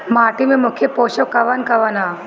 माटी में मुख्य पोषक कवन कवन ह?